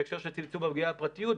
בהקשר של צמצום הפגיעה בפרטיות,